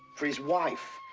for his wife,